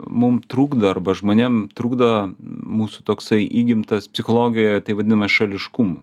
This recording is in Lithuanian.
mum trukdo arba žmonėm trukdo mūsų toksai įgimtas psichologija tai vadinama šališkumu